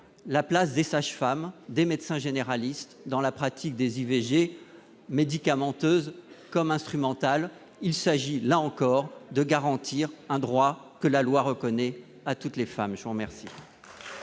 la place des sages-femmes et des médecins généralistes dans la pratique des IVG médicamenteuses comme instrumentales. Il s'agit, là encore, de garantir un droit que la loi reconnaît à toutes les femmes. La parole